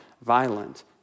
violent